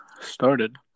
started